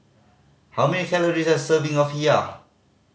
how many calories does a serving of